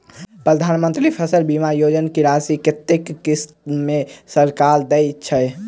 प्रधानमंत्री फसल बीमा योजना की राशि कत्ते किस्त मे सरकार देय छै?